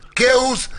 כאוס,